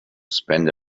spend